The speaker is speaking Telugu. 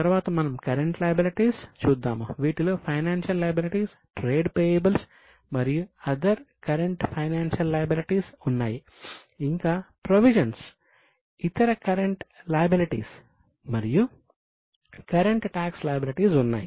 తరువాత మనము కరెంట్ లయబిలిటీస్ ఉన్నాయి